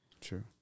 True